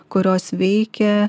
kurios veikė